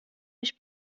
mich